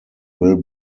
will